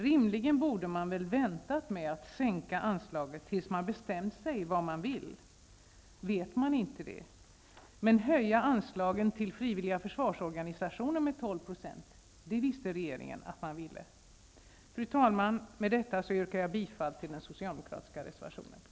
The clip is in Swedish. Rimligen borde man väl ha väntat med att sänka anslaget tills man bestämt sig för vad man vill. Vet man inte det? Men höja anslagen till frivilliga försvarsorganisationer med 12 %, det visste regeringen att den ville. Herr talman! Med detta yrkar jag bifall till den socialdemokratiska reservationen nr 3.